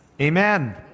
Amen